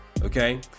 Okay